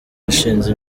yashize